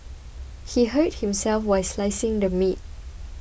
he hurt himself while slicing the meat